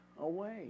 away